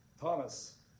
thomas